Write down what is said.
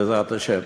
בעזרת השם.